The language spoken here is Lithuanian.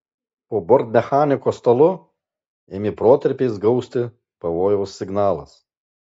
po bortmechaniko stalu ėmė protarpiais gausti pavojaus signalas